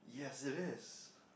yes it is